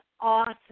awesome